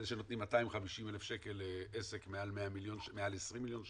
זה שנותנים 250,000 שקל לעסק מעל 20 מיליון שקל,